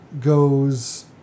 goes